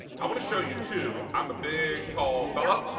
i want to show you too, i'm a big tall fellow.